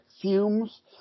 fumes